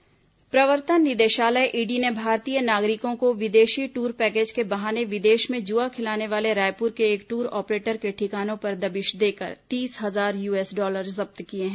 ED कार्रवाई प्रवर्तन निदेशालय ईडी ने भारतीय नागरिकों को विदेशी ट्र पैकेज के बहाने विदेश में जुआ खिलाने वाले रायपुर के एक दूर ऑपरेटर के ठिकानों पर दबिश देकर तीस हजार यूएस डॉलर जब्त किए हैं